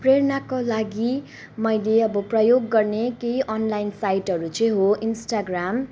प्रेरणाको लागि मैले अब प्रयोग गर्ने केही अनलाइन साइटहरू चाहिँ हो इन्स्टाग्राम